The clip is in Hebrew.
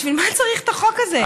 בשביל מה צריך את החוק הזה?